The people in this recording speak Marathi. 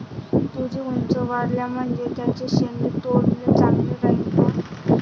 तुरी ऊंच वाढल्या म्हनजे त्याचे शेंडे तोडनं चांगलं राहीन का?